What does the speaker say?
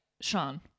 Sean